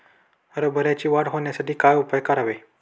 हरभऱ्याची वाढ होण्यासाठी काय उपाय करावे?